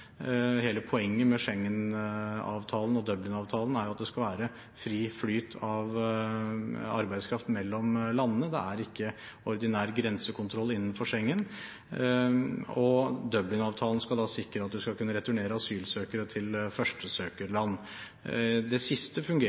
Hele poenget med Schengen-avtalen og Dublin-avtalen er jo at det skal være fri flyt av arbeidskraft mellom landene. Det er ikke ordinær grensekontroll innenfor Schengen, og Dublin-avtalen skal sikre at man skal kunne returnere asylsøkere til førstesøkerland. Det siste fungerer